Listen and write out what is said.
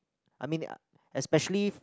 I mean I especially